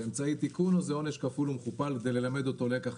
זה אמצעי תיקון או עונש כפול ומכופל כדי ללמד לקח?